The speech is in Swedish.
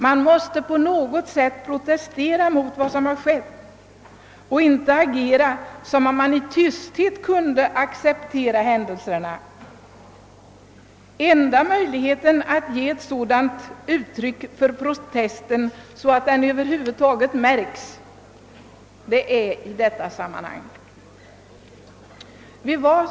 Man måste på något sätt protestera mot vad som skett och inte bara uppträda som om man i tysthet accepterade händelserna. Och den enda möjligheten att ge uttryck för en sådan protest på ett sätt som märks är att göra det här och i detta sammanhang.